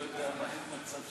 נתקבלה.